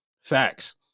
Facts